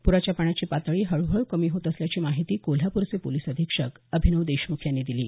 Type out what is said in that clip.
पुराच्या पाण्याची पातळी हळूहळू कमी होत असल्याची माहिती कोल्हापूरचे पोलिस अधीक्षक अभिनव देशमुख यांनी दिली आहे